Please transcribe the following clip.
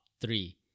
three